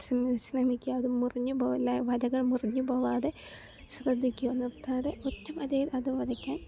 ശ്രമിക്കാതെ മുറിഞ്ഞു പോവില്ല വരകൾ മുറിഞ്ഞു പോകാതെ ശ്രദ്ധിക്കുക നിർത്താതെ അറ്റം വരെ അത് വരയ്ക്കാൻ